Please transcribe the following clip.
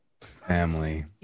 family